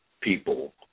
people